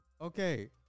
Okay